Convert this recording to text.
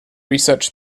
research